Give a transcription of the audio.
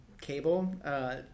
cable